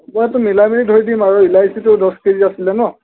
কিবা এটা মিলাই মিলি ধৰি দিম আৰু ইলাচিটো দহ কেজি আছিলে ন